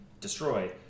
destroy